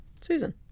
Susan